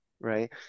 right